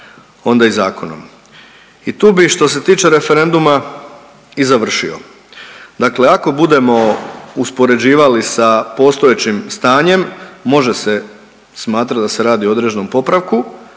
onda i zakonom i tu bi što se tiče referenduma i završio. Dakle ako budemo uspoređivali sa postojećim stanjem može se smatrati da se radi o određenom popravku,